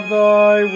thy